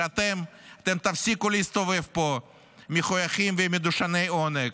שאתם תפסיקו להסתובב פה מחויכים ומדושני עונג,